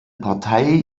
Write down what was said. partei